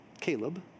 Caleb